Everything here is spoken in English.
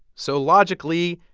so, logically,